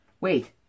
wait